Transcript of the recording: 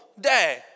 day